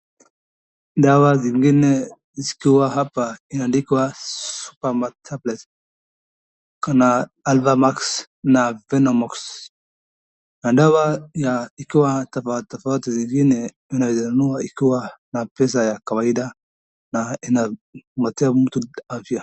Dawa zingine ziko hapa inaandikwa Supermax tablets . Kuna Alphamax na Venomax na dawa ya ikiwa tafauti tafauti. Zingine unawezanunua ikiwa na pesa ya kawaida na ina patia mtu afya.